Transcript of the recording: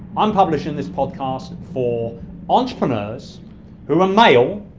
i'm publishing this podcast for entrepreneurs who are male,